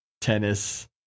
tennis